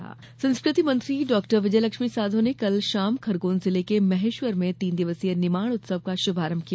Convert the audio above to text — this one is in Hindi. निमाड़ उत्सव संस्कृति मंत्री डॉ विजयलक्ष्मी साधौ ने कल शाम खरगोन जिले के महेश्वर में तीन दिवसीय निमाड़ उत्सव का शुभारंभ किया